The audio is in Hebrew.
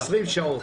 20 שעות.